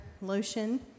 lotion